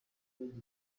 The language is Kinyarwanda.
bagira